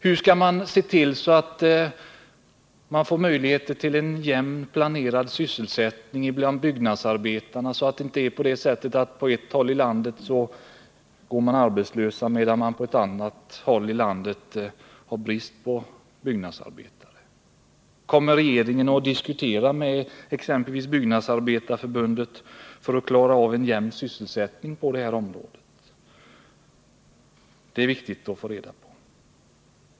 Hur skall man se till att få en jämn och planerad sysselsättning för byggnadsarbetarna, så att de inte på ett håll i landet går arbetslösa, samtidigt som det på ett annat håll råder brist på byggnadsarbetare? Kommer regeringen att diskutera med exempelvis Byggnadsarbetareförbundet för att klara en jämn sysselsättning på området? Också detta är viktigt att få reda på.